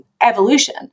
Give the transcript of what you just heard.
Evolution